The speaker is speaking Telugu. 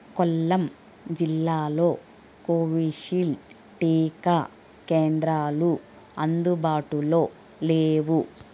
కొల్లాం జిల్లాలో కోవిషీల్డ్ టీకా కేంద్రాలు అందుబాటులో లేవు